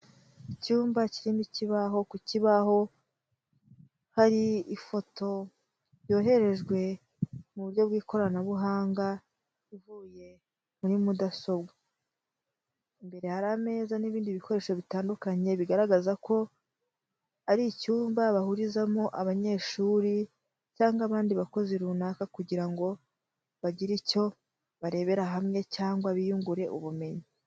Icyumba kirimo ikibaho, ku kibaho hari ifoto yoherejwe mu buryo bw'ikoranabuhanga ivuye muri mudasobwa, imbere hari ameza n'ibindi bikoresho bitandukanye bigaragaza ko ari icyumba bahurizamo abanyeshuri cyangwa abandi bakozi runaka kugira ngo bagire icyo barebera hamwe cyangwa biyungure ubumenyi.